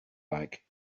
like